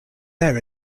there